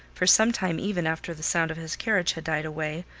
for some time even after the sound of his carriage had died away,